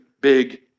big